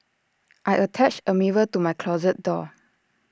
I attached A mirror to my closet door